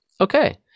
okay